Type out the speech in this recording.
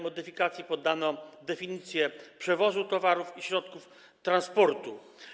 Modyfikacji poddano definicję przewozu towarów i środków transportu.